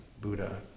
Buddha